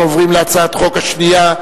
אנחנו עוברים להצעת החוק השנייה,